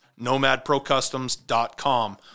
nomadprocustoms.com